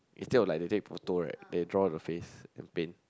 instead of like they take photo right they draw the face and paint